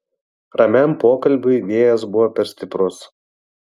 ramiam pokalbiui vėjas buvo per stiprus